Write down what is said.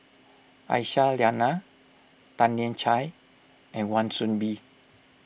Aisyah Lyana Tan Lian Chye and Wan Soon Bee